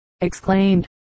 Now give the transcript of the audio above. exclaimed